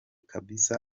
kabisa